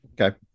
Okay